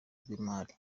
rw’imari